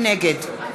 נגד יעקב ליצמן, נגד